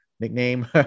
nickname